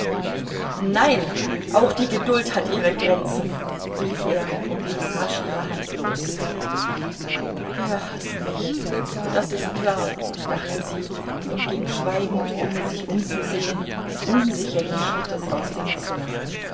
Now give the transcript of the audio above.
nein auch die geduld hat ihre grenzen rief er und ließ rasch ihre hand los er haßt mich das ist klar dachte sie und ging schweigend ohne sich umzusehen unsicheren schrittes aus dem zimmer